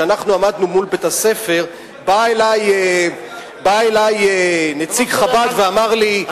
כשאנחנו עמדנו מול בית-הספר בא אלי נציג חב"ד ואמר לי,